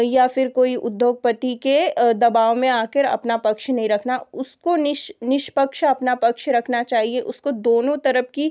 या फिर कोई उद्योगपति के दबाव में आकर अपना पक्ष नहीं रखना उसको निष्पक्ष अपना पक्ष रखना चाहिए उसको दोनों तरफ की